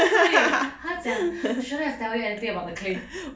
对他讲 shouldn't have tell you anything about the claim would you to stop I think you just put mah